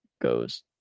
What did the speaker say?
goes